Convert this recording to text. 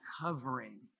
covering